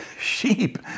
sheep